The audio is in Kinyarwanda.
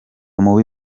mubi